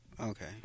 Okay